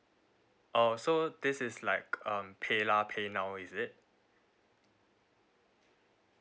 oh so this is like um paylah paynow is it